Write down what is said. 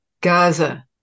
Gaza